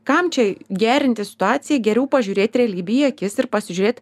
kam čia gerinti situaciją geriau pažiūrėt realybei į akis ir pasižiūrėt